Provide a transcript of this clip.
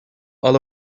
all